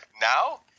Now